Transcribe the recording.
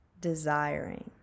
desiring